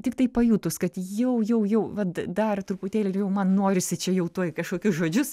tiktai pajutus kad jau jau jau vat dar truputėlį jau man norisi čia jau tuoj kažkokius žodžius